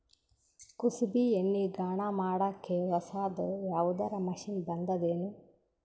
ಕುಸುಬಿ ಎಣ್ಣೆ ಗಾಣಾ ಮಾಡಕ್ಕೆ ಹೊಸಾದ ಯಾವುದರ ಮಷಿನ್ ಬಂದದೆನು?